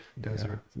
Desert